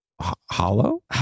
hollow